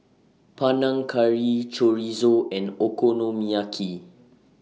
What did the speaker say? Panang Curry Chorizo and Okonomiyaki